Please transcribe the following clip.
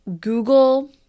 Google